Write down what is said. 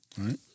right